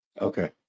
okay